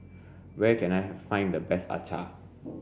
where can I find the best acar